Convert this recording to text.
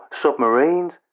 submarines